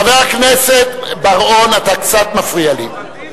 חבר הכנסת בר-און, אתה קצת מפריע לי.